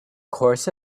course